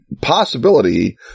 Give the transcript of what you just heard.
possibility